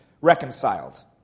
reconciled